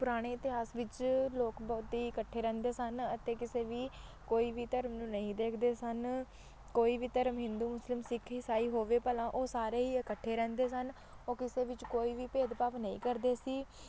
ਪੁਰਾਣੇ ਇਤਿਹਾਸ ਵਿੱਚ ਲੋਕ ਬਹੁਤ ਇਕੱਠੇ ਰਹਿੰਦੇ ਸਨ ਅਤੇ ਕਿਸੇ ਵੀ ਕੋਈ ਵੀ ਧਰਮ ਨੂੰ ਨਹੀਂ ਦੇਖਦੇ ਸਨ ਕੋਈ ਵੀ ਧਰਮ ਹਿੰਦੂ ਮੁਸਲਿਮ ਸਿੱਖ ਈਸਾਈ ਹੋਵੇ ਭਲਾ ਉਹ ਸਾਰੇ ਹੀ ਇਕੱਠੇ ਰਹਿੰਦੇ ਸਨ ਉਹ ਕਿਸੇ ਵਿੱਚ ਕੋਈ ਵੀ ਭੇਦਭਾਵ ਨਹੀਂ ਕਰਦੇ ਸੀ